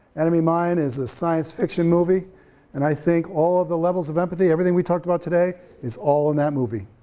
enemy mine is a science fiction movie and i think all of the levels of empathy, everything we talked about today, is all in that movie,